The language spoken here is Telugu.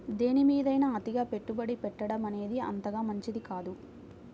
దేనిమీదైనా అతిగా పెట్టుబడి పెట్టడమనేది అంతగా మంచిది కాదు